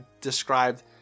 described